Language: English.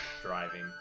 driving